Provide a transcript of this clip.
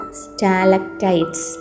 stalactites